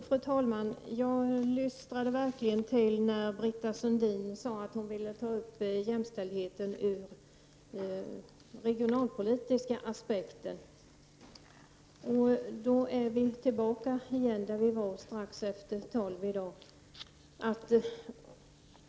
Fru talman! Jag lystrade verkligen till, när Britta Sundin sade att hon ville ta upp jämställdheten ur regionalpolitiska aspekter. Då är vi tillbaka där vi var strax efter kl. 12.00 i dag.